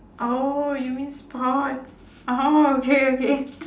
oh you mean sports orh okay okay